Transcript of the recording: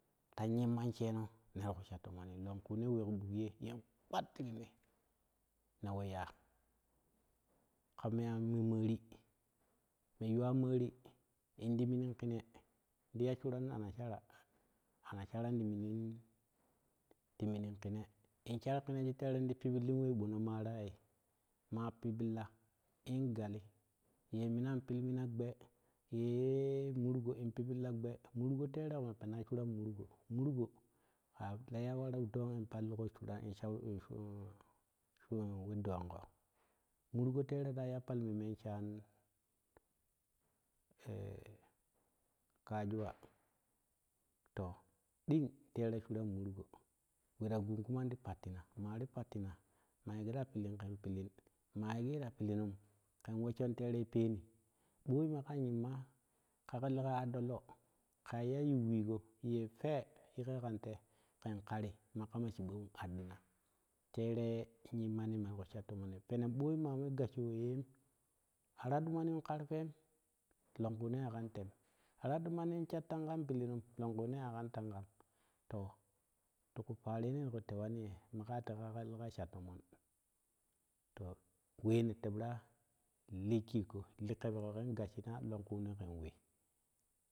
Ta turiman sheno nariku sha to moni lukune we ku ъokye yen ɗuttirinni ne weiya ka mean me moori me yuwa mori intiminin kine ti ta suran a nasara anasaran timinin timinin kina in sharkanadu terenti pipilin we ъo ne maraye ma pibilla in gali ye mina pilmina gbee ye morgo in pipilla gbee morgo bere ma pena sura ku margo murgo ta iya war ɗang in pallin kan we dong ko margo tere ra iya palmemman shan kajuwa to ɗing tereo suran murgo wera gun kuman ti pattina mari pattina mayegera pipuken pillin mayegera pilinuma ken woshen terai peni ъoi maka timmome a kaƙe leka adɗolo ka iya yin wi go yefwer te ƙe kan te kar kari makama chiъogon adɗina tere yinemo mariku shatomoni ъoi mamoi gassho weiyem araɗumanim karfwen larkune akan tem ara ɗumanin shat tarkan pilinaum lonkuna akan tankam to tiku parene nenku tewani te makateka kake lekasha tomon to wemi tebra lii shikko likebeko ken gasshina lanka ne ken we.